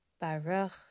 Baruch